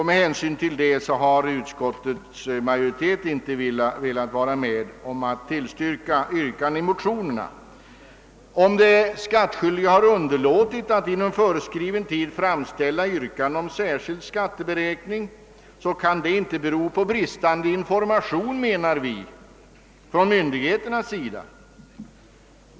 Med hänsyn härtill har utskottsmajoriteten inte velat tillstyrka motionsyrkandena. Om de skattskyldiga har underlåtit att inom föreskriven tid framställa yrkande om särskild skatteberäkning, kan detta enligt vår åsikt inte bero på bristande information från myndigheternas sida.